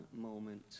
moment